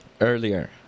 earlier